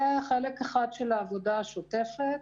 זה חלק אחד של העבודה השוטפת.